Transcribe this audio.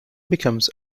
becomes